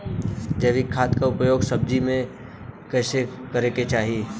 जैविक खाद क उपयोग सब्जी में कैसे करे के चाही?